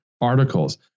articles